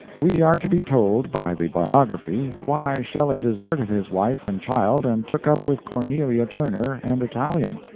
we are to be told by the biography why shelley deserted his wife and child and took up with cornelia turner and italian.